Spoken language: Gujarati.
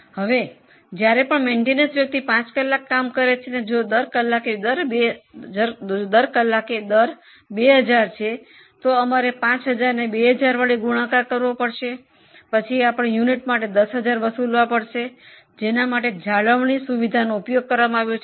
હવે જ્યારે પણ જાળવણી વ્યક્તિ 5 કલાક કામ કરે છે અને જો દર કલાકે દર 2000 છે તો અમારે 5 ને 2000 હજાર સાથે ગુણાકાર કરવો પડશે તો પછી તે યુનિટથી 10000 મળશે જેના માટે જાળવણી સુવિધાનો ઉપયોગ કરવામાં આવ્યો છે